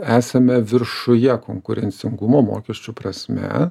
esame viršuje konkurencingumo mokesčių prasme